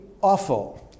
awful